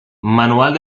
manual